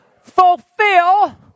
fulfill